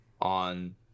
on